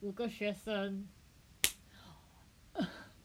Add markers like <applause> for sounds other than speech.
五个学生 <noise>